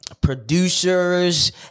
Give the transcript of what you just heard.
Producers